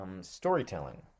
storytelling